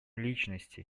личности